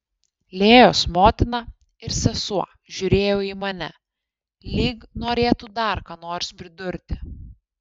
lėjos motina ir sesuo žiūrėjo į mane lyg norėtų dar ką nors pridurti